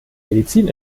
medizin